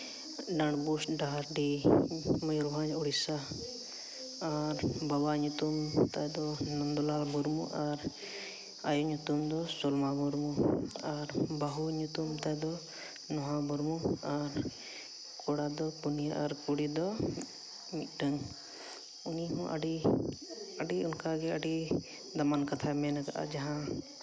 ᱰᱟᱸᱰᱵᱳᱥ ᱰᱟᱦᱟᱨᱰᱤ ᱢᱚᱭᱩᱨᱵᱷᱚᱸᱡᱽ ᱳᱰᱤᱥᱟ ᱟᱨ ᱵᱟᱵᱟᱣᱟᱜ ᱧᱩᱛᱩᱢ ᱛᱟᱭ ᱫᱚ ᱱᱚᱱᱫᱚᱞᱟᱞ ᱢᱩᱨᱢᱩ ᱟᱨ ᱟᱭᱳ ᱧᱩᱛᱩᱢ ᱫᱚ ᱥᱚᱞᱢᱟ ᱢᱩᱨᱢᱩ ᱟᱨ ᱵᱟᱹᱦᱩ ᱧᱩᱛᱩᱢ ᱛᱟᱭᱫᱚ ᱱᱚᱦᱟ ᱢᱩᱨᱢᱩ ᱟᱨ ᱠᱳᱲᱟ ᱫᱚ ᱯᱩᱱᱤᱭᱟ ᱟᱨ ᱠᱩᱲᱤ ᱫᱚ ᱢᱤᱫᱴᱟᱹᱝ ᱩᱱᱤ ᱦᱚᱸ ᱟᱹᱰᱤ ᱚᱱᱠᱟᱜᱮ ᱟᱹᱰᱤ ᱫᱟᱢᱟᱱ ᱠᱟᱛᱷᱟᱭ ᱢᱮᱱ ᱠᱟᱫᱼᱟ ᱡᱟᱦᱟᱸ